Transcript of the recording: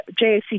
JSC